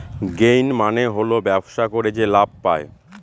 gain মানে হল ব্যবসা করে যে লাভ পায়